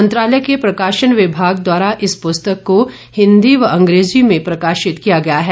मंत्रालय के प्रकाशन विभाग द्वारा इस पुस्तक को हिंदी व अंग्रेजी में प्रकाशित किया गया है